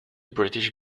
british